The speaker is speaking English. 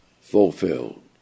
Fulfilled